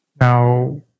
Now